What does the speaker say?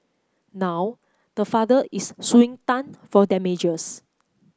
now the father is suing Tan for damages